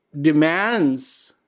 demands